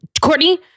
Courtney